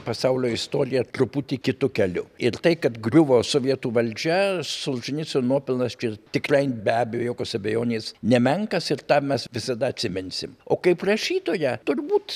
pasaulio istoriją truputį kitu keliu ir tai kad griuvo sovietų valdžia solženicyno nuopelnas tikrai be abejo jokios abejonės nemenkas ir tą mes visada atsiminsim o kaip rašytoją turbūt